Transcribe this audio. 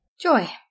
Joy